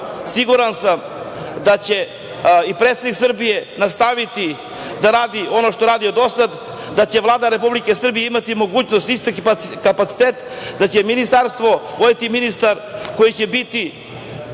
siguran sam da će i predsednik Srbije nastaviti da radi ono što je radio do sada, da će Vlada Republike Srbije imati mogućnost i kapacitet, da će Ministarstvo voditi ministar koji će